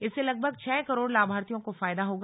इससे लगभग छह करोड़ लाभार्थियों को फायदा होगा